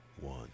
one